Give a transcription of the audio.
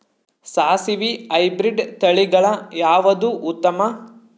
ಸಾಸಿವಿ ಹೈಬ್ರಿಡ್ ತಳಿಗಳ ಯಾವದು ಉತ್ತಮ?